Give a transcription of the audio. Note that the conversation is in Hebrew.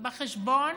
בחשבון